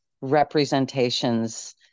representations